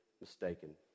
mistaken